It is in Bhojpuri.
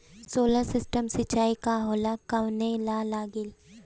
सोलर सिस्टम सिचाई का होला कवने ला लागी?